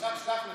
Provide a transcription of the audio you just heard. פרשת שלח לך.